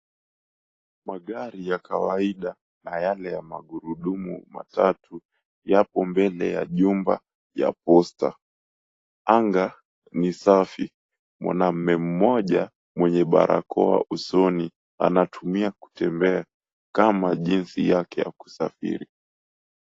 Magari ya kawaida na yale ya magurudumu matatu yapo mbele ya jumba ya Posta. Anga ni safi. Mwanamume mmoja mwenye barakoa usoni anatumia kutembea kama jinsi yake ya kusafiri.